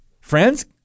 friends